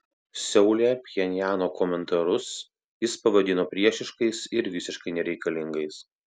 seule pchenjano komentarus jis pavadino priešiškais ir visiškai nereikalingais